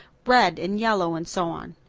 red and yellow and so on.